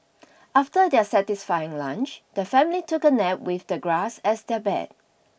after their satisfying lunch the family took a nap with the grass as their bed